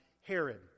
Herod